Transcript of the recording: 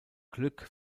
glück